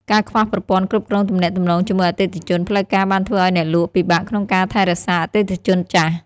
ការខ្វះប្រព័ន្ធគ្រប់គ្រងទំនាក់ទំនងជាមួយអតិថិជន ផ្លូវការបានធ្វើឱ្យអ្នកលក់ពិបាកក្នុងការថែរក្សាអតិថិជនចាស់។